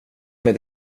mig